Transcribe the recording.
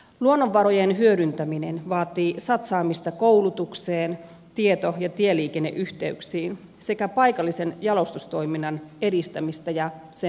luonnonvarojen hyödyntäminen vaatii satsaamista koulutukseen tieto ja tieliikenneyhteyksiin sekä paikallisen jalostustoiminnan edistämistä ja sen tukemista